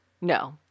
No